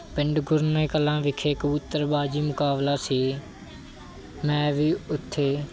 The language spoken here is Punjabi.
ਪਿੰਡ ਗੁਰਨੇ ਕਲਾਂ ਵਿਖੇ ਕਬੂਤਰਬਾਜੀ ਮੁਕਾਬਲਾ ਸੀ ਮੈਂ ਵੀ ਉੱਥੇ